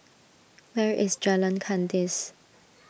where is Jalan Kandis